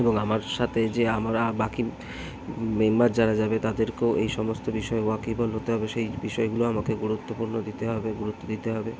এবং আমার সাথে যে আমরা বাকি মেম্বার যারা যাবে তাদেরকেও এই সমস্ত বিষয়ে ওয়াকিবহল হতে হবে সেই বিষয়গুলো আমাকে গুরুত্বপূর্ণ দিতে হবে গুরুত্ব দিতে হবে